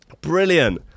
brilliant